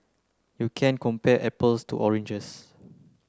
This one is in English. you can't compare apples to oranges